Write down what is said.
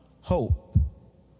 HOPE